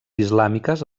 islàmiques